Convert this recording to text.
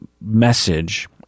message